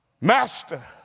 Master